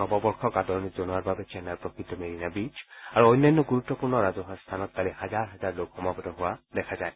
নৱবৰ্ষক আদৰণি জনোৱাৰ বাবে চেন্নাইৰ প্ৰসিদ্ধ মেৰিনা বীচ আৰু অন্যান্য গুৰুত্পূৰ্ণ ৰাজহুৱা স্থানত হাজাৰ হাজাৰ লোক সমবেত হোৱা দেখা যায়